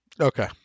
Okay